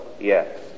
yes